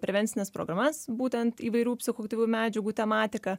prevencines programas būtent įvairių psichoaktyvių medžiagų tematika